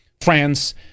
France